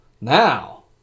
now